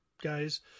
guys